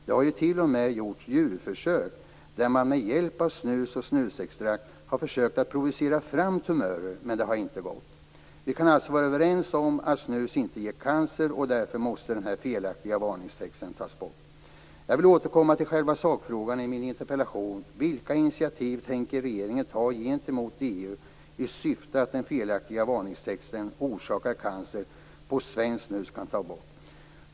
Det har t.o.m. gjorts djurförsök där man med hjälp av snus och snusextrakt har försökt att provocera fram tumörer - men det har inte gått. Vi kan vara överens om att snus inte ger cancer. Därför måste den felaktiga varningstexten tas bort. Jag vill återkomma till själva sakfrågan i min interpellation. Vilka initiativ tänker regeringen ta gentemot EU i syfte att den felaktiga varningstexten "Orsakar cancer" på svenskt snus skall tas bort?